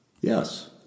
Yes